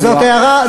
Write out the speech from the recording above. זאת הערה,